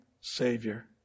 Savior